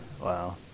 Wow